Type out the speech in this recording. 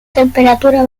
temperatura